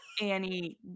Annie